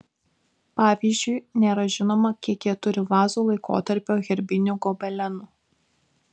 pavyzdžiui nėra žinoma kiek jie turi vazų laikotarpio herbinių gobelenų